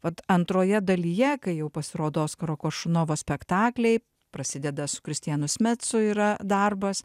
vat antroje dalyje kai jau pasirodo oskaro koršunovo spektakliai prasideda su kristianu smedsu yra darbas